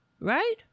right